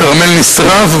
הכרמל נשרף,